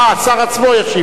אה, השר עצמו ישיב.